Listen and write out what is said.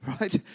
right